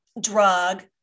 drug